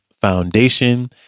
Foundation